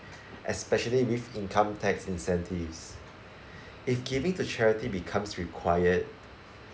especially with income tax incentives if giving to charity becomes required